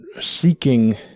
seeking